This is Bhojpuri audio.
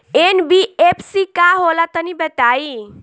एन.बी.एफ.सी का होला तनि बताई?